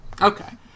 okay